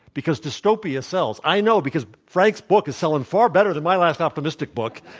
because dystopia sells. i know, because frank's book is selling far better than my last optimistic book,